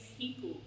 people